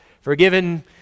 Forgiven